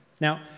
Now